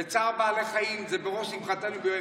וצער בעלי חיים זה בראש שמחתנו.